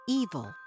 evil